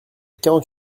quarante